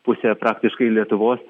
pusė praktiškai lietuvos